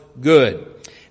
good